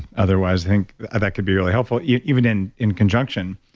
otherwise, i think that could be really helpful, even in in conjunction.